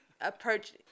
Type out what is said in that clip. Approach